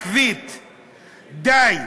הזאת, העקבית, די.